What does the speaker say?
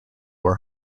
war